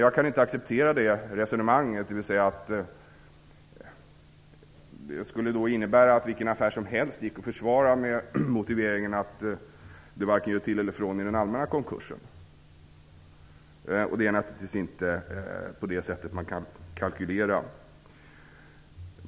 Jag kan inte acceptera det resonemanget. Det skulle innebära att det går att försvara vilken affär som helst med motiveringen att det varken gör till eller från i den allmänna konkursen. Men man kan naturligtvis inte kalkylera på det sättet.